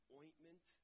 ointment